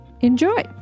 Enjoy